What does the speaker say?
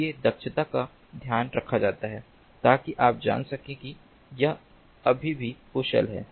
इसलिए दक्षता का ध्यान रखा जाता है ताकि आप जान सकें कि यह अभी भी कुशल है